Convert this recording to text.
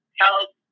health